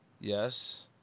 Yes